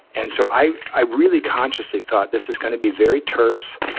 and so i i really consciously thought this is going to be very terse.